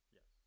Yes